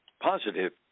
positive